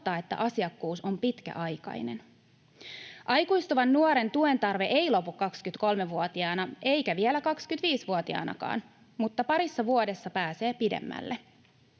että asiakkuus on pitkäaikainen. Aikuistuvan nuoren tuen tarve ei lopu 23-vuotiaana eikä vielä 25-vuotiaanakaan, mutta parissa vuodessa pääsee pidemmälle.